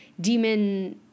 demon